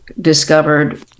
discovered